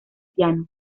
piano